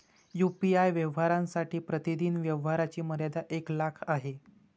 UPI व्यवहारांसाठी प्रतिदिन व्यवहारांची मर्यादा एक लाख आहे